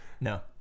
No